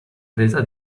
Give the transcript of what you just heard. presa